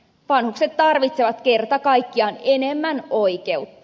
vanhukset tarvitsevat kerta kaikkiaan enemmän oikeutta